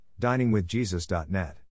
diningwithjesus.net